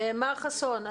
מר חסון,